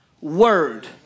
word